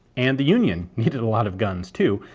and the union needed a lot of guns too.